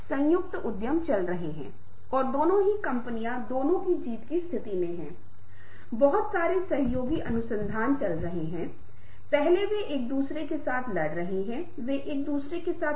हालाँकि पहले से ही हमने बातचीत के बारे में कई बातें बताई हैं जो मैंने आपको प्रेरणा पर बताई हैं और सहानुभूति पर हमारी प्रस्तुति आपको इस विशेष क्षेत्र में मदद कर सकती है